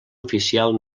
oficial